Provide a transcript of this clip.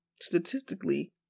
statistically